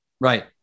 Right